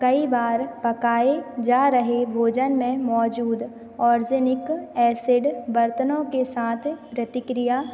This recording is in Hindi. कई बार पकाए जा रहे भोजन में मौजूद ऑर्जेनिक एसिड बर्तनों के साँथ प्रतिक्रिया